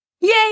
Yay